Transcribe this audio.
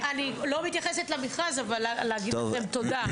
ואני לא מתייחסת למכרז, אבל להגיד לכם תודה.